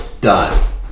Done